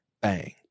Bang